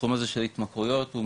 התחום הזה של התמכרויות הוא,